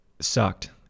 sucked